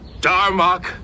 Darmok